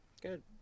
good